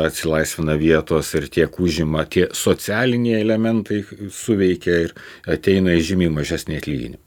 atsilaisvina vietos ir tiek užima tie socialiniai elementai suveikia ir ateina žymiai mažesni atlyginimai